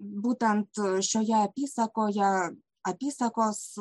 būtent šioje apysakoje apysakos